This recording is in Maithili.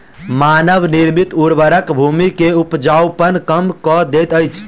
मानव निर्मित उर्वरक भूमि के उपजाऊपन कम कअ दैत अछि